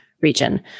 region